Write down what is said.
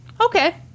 okay